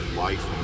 life